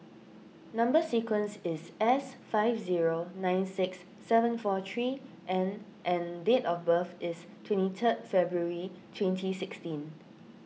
Number Sequence is S five zero nine six seven four three N and date of birth is twenty three February twenty sixteen